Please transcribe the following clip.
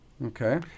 Okay